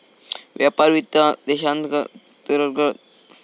व्यापार वित्त देशांतर्गत आणि आंतरराष्ट्रीय व्यापार व्यवहारांशी संबंधित असता